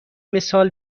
مثال